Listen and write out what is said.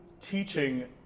Teaching